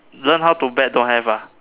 learn how to bet don't have ah